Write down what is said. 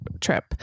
trip